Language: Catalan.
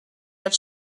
els